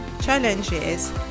challenges